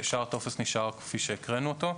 ושאר הטופס נשאר כפי שהקראנו אותו.